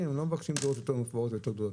לא מבקשים דירות מפוארות יותר או גדולות יותר,